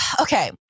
okay